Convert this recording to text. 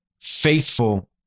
faithful